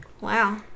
Wow